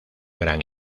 gran